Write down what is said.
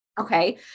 Okay